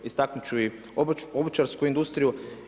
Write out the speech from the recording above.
Istaknut ću i obućarsku industriju.